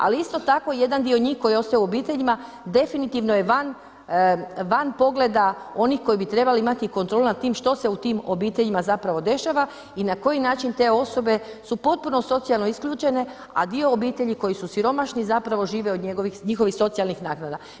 Ali isto tako jedan dio njih koji ostaje u obiteljima definitivno je van pogleda onih koji bi trebali imati kontrolu nad tim što se u tim obiteljima zapravo dešava i na koji način te osobe su potpuno socijalno isključene a dio obitelji koji su siromašni zapravo žive od njihovih socijalnih naknada.